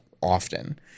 often